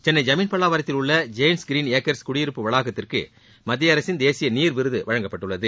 சென்னை ஜமீன் பல்லாவரத்தில் உள்ள Jains Green Acres குடியிருப்பு வளாகத்திற்கு மத்திய அரசின் தேசிய நீர் விருது வழங்கப்பட்டுள்ளது